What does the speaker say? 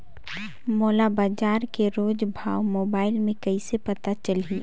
मोला बजार के रोज भाव मोबाइल मे कइसे पता चलही?